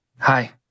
Hi